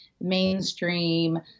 mainstream